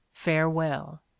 farewell